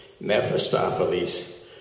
Mephistopheles